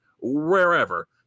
wherever